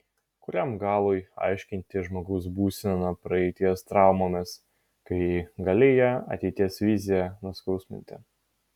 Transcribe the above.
kuriam galui aiškinti žmogaus būseną praeities traumomis kai gali ją ateities vizija nuskausminti